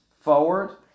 forward